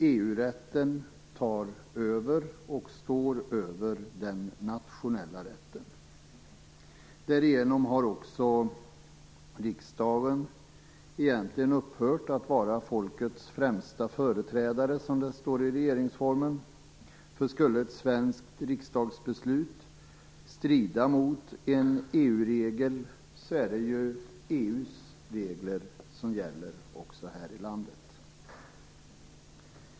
EU-rätten tar över och står över den nationella rätten. Därigenom har också riksdagen egentligen upphört att vara folkets främsta företrädare, som det står i regeringsformen. Om ett svenskt riksdagsbeslut skulle strida mot en EU-regel, är det EU:s regler som gäller också här i landet.